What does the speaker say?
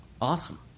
awesome